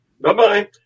Bye-bye